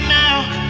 now